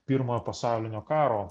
pirmojo pasaulinio karo